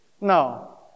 No